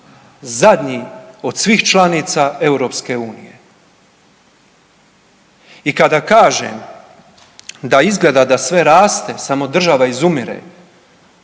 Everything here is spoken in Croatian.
Zadnji od svih članica EU. I kada kažem da izgleda da sve raste, samo država izumire,